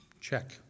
check